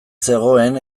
zegoen